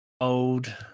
old